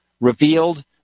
revealed